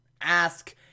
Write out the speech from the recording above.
ask